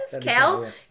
Cal